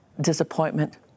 disappointment